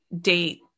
date